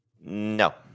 No